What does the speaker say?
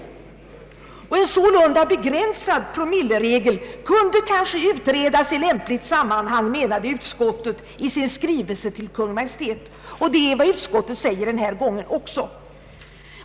En sålunda begränsad promilleregel kunde kanske utredas i lämpligt sammanhang, ansåg utskottet i sin skrivelse till Kungl. Maj:t, och det är vad utskottet säger även denna gång.